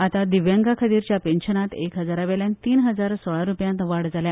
आतां दिव्यांगा खातीरच्या पेन्शनांत एक हजारा वयल्यान तीन हजार सोळा रुपयांक वाड जाल्या